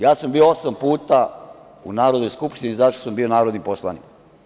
Ja sam bio osam puta u Narodnoj skupštini zato što sam bio narodni poslanik.